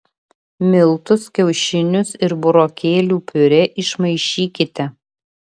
miltus kiaušinius ir burokėlių piurė išmaišykite